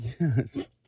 Yes